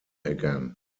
again